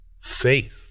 Faith